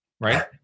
right